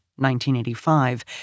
1985